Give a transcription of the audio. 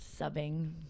Subbing